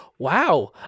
wow